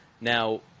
Now